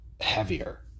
heavier